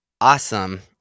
awesome